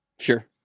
Sure